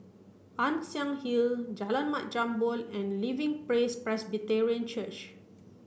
Ann Siang Hill Jalan Mat Jambol and Living Praise Presbyterian Church